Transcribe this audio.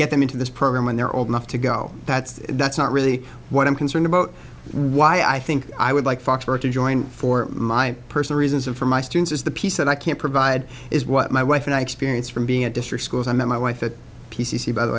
get them into this program when they're old enough to go that's that's not really what i'm concerned about why i think i would like foxworth to join for my personal reasons and for my students is the peace that i can provide is what my wife and i experience from being at district schools i met my wife at p c c by the